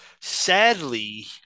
Sadly